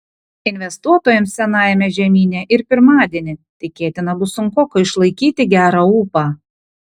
investuotojams senajame žemyne ir pirmadienį tikėtina bus sunkoka išlaikyti gerą ūpą